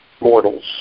mortals